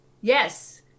Yes